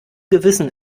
gewissen